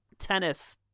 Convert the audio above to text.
Tennis